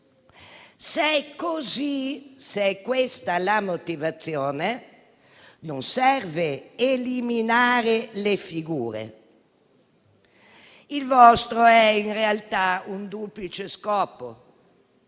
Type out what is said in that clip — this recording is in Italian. Se è così, se è questa la motivazione, non serve eliminare le figure. Il vostro è in realtà un duplice scopo: